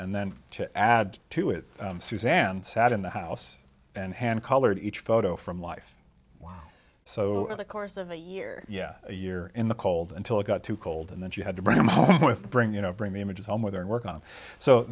and then to add to it suzanne sat in the house and hand colored each photo from life wow so in the course of a year yeah a year in the cold until it got too cold and then she had to bring them with bring you know bring the images home with her and work on so